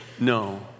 No